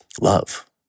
love